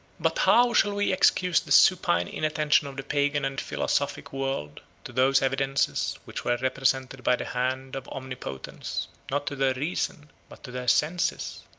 but how shall we excuse the supine inattention of the pagan and philosophic world, to those evidences which were represented by the hand of omnipotence, not to their reason, but to their senses?